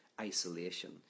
isolation